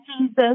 Jesus